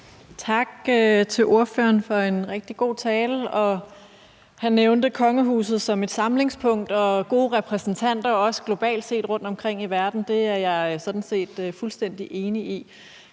Tak til ordføreren for en rigtig god tale. Han nævnte kongehuset som et samlingspunkt og som en god repræsentant, også globalt set rundtomkring i verden. Det er jeg sådan set fuldstændig enig i.